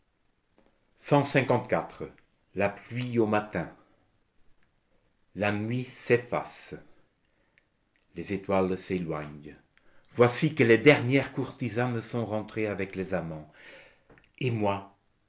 la pluie au matin la nuit s'efface les étoiles s'éloignent voici que les dernières courtisanes sont rentrées avec les amants et moi